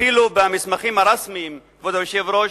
אפילו במסמכים הרשמיים, כבוד היושב-ראש,